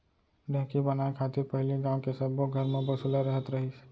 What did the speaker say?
ढेंकी बनाय खातिर पहिली गॉंव के सब्बो घर म बसुला रहत रहिस